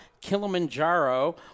Kilimanjaro